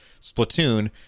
Splatoon